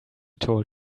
told